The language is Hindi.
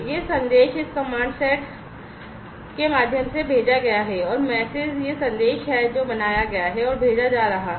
यह संदेश इस command send acr mes msg के माध्यम से भेजा गया है और msg यह संदेश है जो बनाया गया है और भेजा जा रहा है